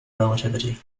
relativity